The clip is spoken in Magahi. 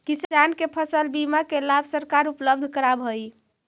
किसान के फसल बीमा के लाभ सरकार उपलब्ध करावऽ हइ